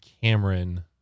cameron